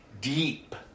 deep